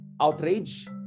outrage